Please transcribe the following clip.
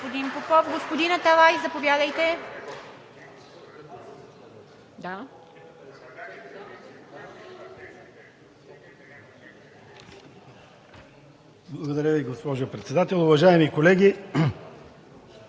Благодаря Ви, госпожо Председател. Уважаеми колеги!